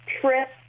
trip